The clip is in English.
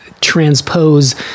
transpose